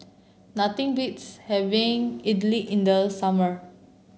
nothing beats having idly in the summer